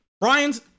Brian's